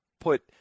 put